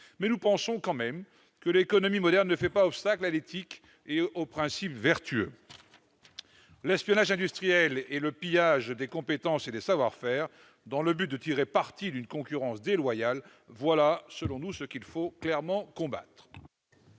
Mais nous pensons tout de même que l'économie moderne ne fait pas obstacle au respect d'une éthique et de principes vertueux. L'espionnage industriel et le pillage des compétences et des savoir-faire aux fins de pratiquer une concurrence déloyale : voilà, selon nous, ce qu'il faut clairement combattre.